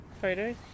photos